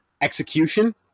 execution